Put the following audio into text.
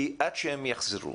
כי עד שהם יחזרו